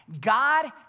God